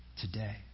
today